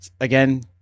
again